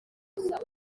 gusa